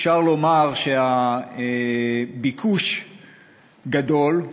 אפשר לומר שהביקוש גדול,